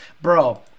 Bro